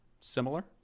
similar